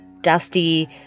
dusty